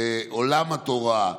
לעולם התורה,